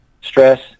Stress